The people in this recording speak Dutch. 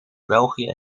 belgië